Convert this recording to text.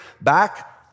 back